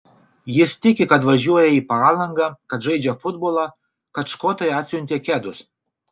jis tiki kad važiuoja į palangą kad žaidžia futbolą kad škotai atsiuntė kedus